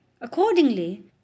Accordingly